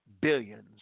billions